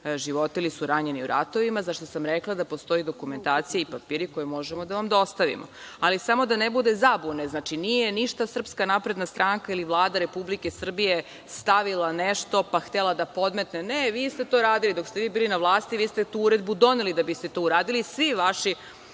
živote ili su ranjeni u ratovima, za šta sam rekla da postoji dokumentacija i papiri koje možemo da vam dostavimo. Samo da ne bude zabune, nije ništa SNS ili Vlada Republike Srbije stavila nešto, pa htela da podmetne. Ne, vi ste to radili. Dok ste vi bili na vlasti, vi ste tu uredbu doneli da biste to uradili. Svi vaši